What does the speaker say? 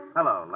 Hello